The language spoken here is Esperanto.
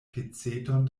peceton